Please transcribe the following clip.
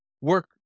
work